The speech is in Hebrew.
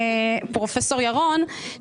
פרופ' ירון,